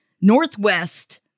Northwest